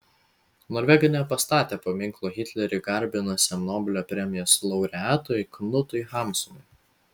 norvegai nepastatė paminklo hitlerį garbinusiam nobelio premijos laureatui knutui hamsunui